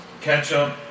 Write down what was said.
Ketchup